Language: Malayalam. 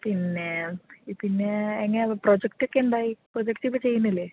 പിന്നേ ഈ പിന്നേ എങ്ങനെയാണ് പ്രൊജക്ടൊക്കെ എന്തായി പ്രൊജക്ട് ഇപ്പോൾ ചെയ്യുന്നില്ലേ